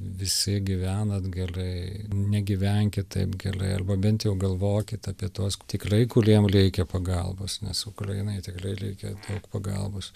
visi gyvenat gerai ne gyvenkit taip gerai arba bent jau galvokit apie tuos tikrai kuriem reikia pagalbos nes ukrainai tikrai reikia daug pagalbos